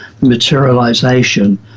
materialization